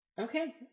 okay